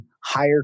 higher